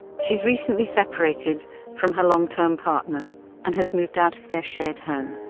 she has recently separated from her long-term partner and has moved out of their shared home.